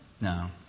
No